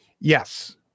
Yes